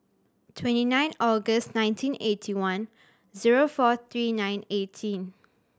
twenty nine August nineteen eighty one zero four three nine eighteen